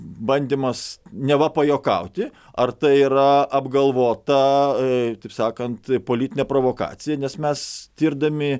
bandymas neva pajuokauti ar tai yra apgalvota taip sakant politine provokacija nes mes tirdami